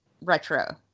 retro